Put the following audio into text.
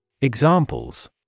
Examples